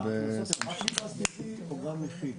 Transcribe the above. ההכנסות הן רק מגז טבעי או גם מכיל?